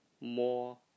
more